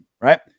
Right